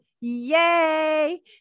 Yay